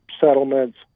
settlements